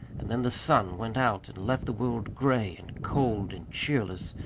and then the sun went out and left the world gray and cold and cheerless,